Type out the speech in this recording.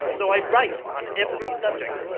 so i write on every subject,